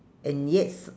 and yet